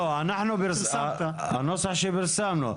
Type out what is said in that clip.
הנוסח שפרסמנו.